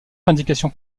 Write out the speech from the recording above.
indications